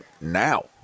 now